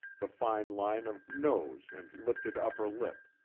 the fine line of nose and lifted upper lip,